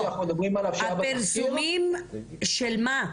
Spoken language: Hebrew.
הפרסומים של מה?